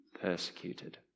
persecuted